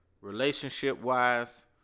relationship-wise